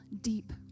deep